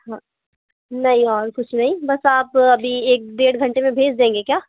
हाँ नहीं और कुच्छ नहीं बस आप अभी एक डेढ़ घंटे में भेज देंगे क्या